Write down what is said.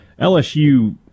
LSU